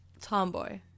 tomboy